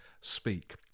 speak